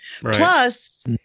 Plus